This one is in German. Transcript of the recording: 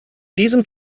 diesem